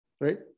right